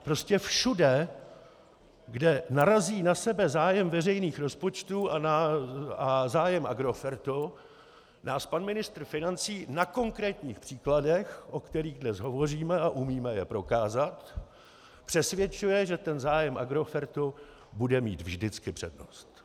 Prostě všude, kde narazí na sebe zájem veřejných rozpočtů a zájem Agrofertu, nás pan ministr financí na konkrétních příkladech, o kterých dnes hovoříme a umíme je prokázat, přesvědčuje, že zájem Agrofertu bude mít vždycky přednost.